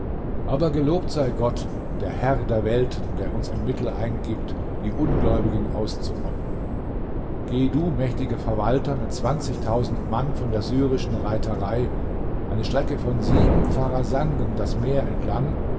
aber gelobt sei gott der herr der welten der uns ein mittel eingibt die ungläubigen auszurotten geh du mächtiger verwalter mit zwanzigtausend mann von der syrischen reiterei eine strecke von sieben pharasangen das meer entlang